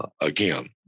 Again